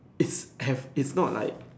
it's have it's not like